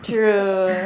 True